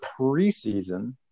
preseason –